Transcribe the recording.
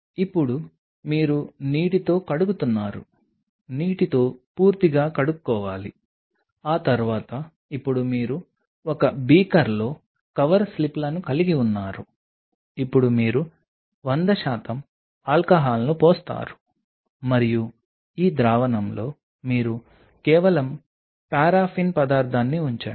ఇప్పుడు మీరు నీటితో కడుగుతున్నారు నీటితో పూర్తిగా కడుక్కోవాలి ఆ తర్వాత ఇప్పుడు మీరు ఒక బీకర్లో కవర్ స్లిప్లను కలిగి ఉన్నారు ఇప్పుడు మీరు 100 శాతం ఆల్కహాల్ను పోస్తారు మరియు ఈ ద్రావణంలో మీరు కేవలం పారాఫిన్ పదార్థాన్ని ఉంచండి